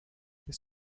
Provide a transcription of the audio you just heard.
bist